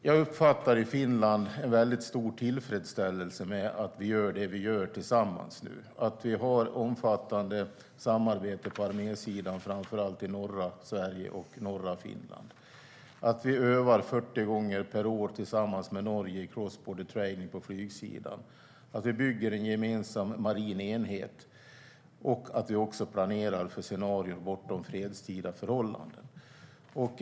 Jag uppfattar i Finland en stor tillfredsställelse med att vi gör det vi gör tillsammans - att vi har omfattande samarbete på armésidan, framför allt i norra Sverige och norra Finland, att vi övar 40 gånger per år tillsammans med Norge i cross-border training på flygsidan, att vi bygger en gemensam marin enhet och att vi också planerar för scenarion bortom fredstida förhållanden.